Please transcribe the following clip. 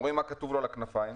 שלום לכולם,